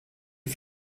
est